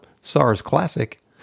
SARS-Classic